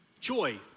joy